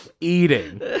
eating